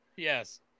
Yes